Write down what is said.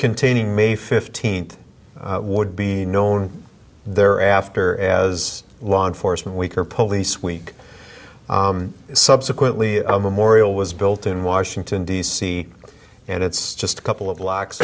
containing may fifteenth would be known there after as law enforcement week or police week subsequently a memorial was built in washington d c and it's just a couple of blocks